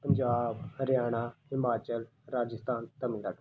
Punjab Haryana Himachal Rajasthan Tamil Nadu